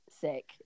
sick